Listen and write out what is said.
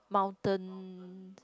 mountain